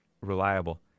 reliable